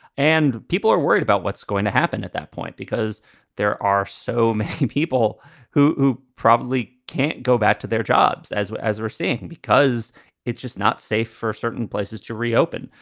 and people are worried about what's going to happen at that point because there are so many people who who probably can't go back to their jobs as well as we're seeing because it's just not safe for certain places to reopen.